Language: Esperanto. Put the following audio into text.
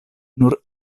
nur